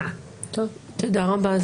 תודה רבה.